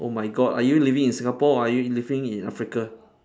oh my god are you living in singapore or are you living in africa